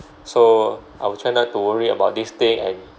so I will try not to worry about this thing and